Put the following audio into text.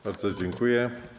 Bardzo dziękuję.